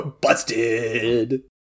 Busted